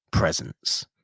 Presence